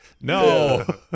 No